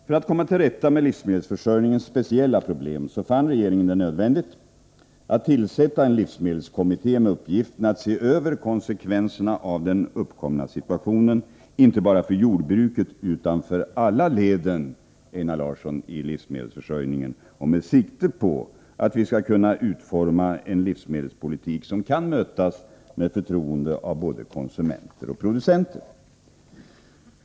För att komma till rätta med livsmedelsförsörjningens speciella problem, fann regeringen det nödvändigt att tillsätta en livsmedelskommitté, med uppgiften att se över konsekvenserna av den uppkomna situationen, inte bara för jordbruket utan, Einar Larsson, för alla leden i livsmedelsförsörjningen och med sikte på att vi skulle kunna utforma en livsmedelspolitik som kan mötas med förtroende av både konsumenter och producenter.